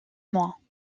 mois